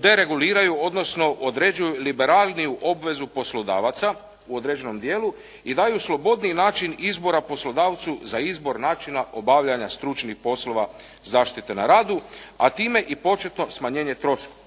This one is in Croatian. dereguliraju, odnosno određuje liberalniju obvezu poslodavaca u određenom dijelu i daju slobodniji način izbora poslodavcu za izbor načina obavljanja stručnih poslova zaštite na radu, a time i početno smanjenje troškova,